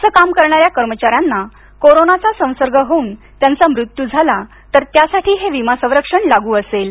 असं काम करणाऱ्या कर्मचाऱ्यांना कोरोनाचा संसर्ग होऊन त्यांचा मृत्यू झाला तर त्यासाठी हे विमा संरक्षण लागू असेल